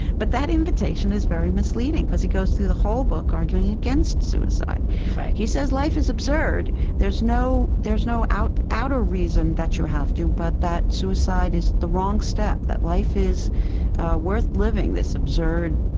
but that invitation is very misleading, because he goes through the whole book arguing against suicide right he said life is absurd, there's no there's no outer outer reason that you have to, but that suicide is the wrong step. that life is worth living, this absurd,